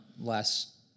last